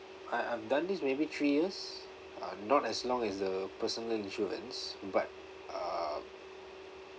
I I have done this maybe three years uh not as long as the personal insurance but uh